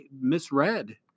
misread